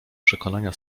przekonania